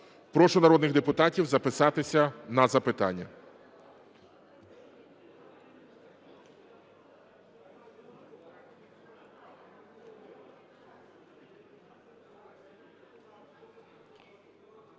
Прошу народних депутатів записатися на запитання.